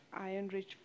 iron-rich